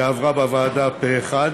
והיא עברה בוועדה פה-אחד.